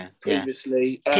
previously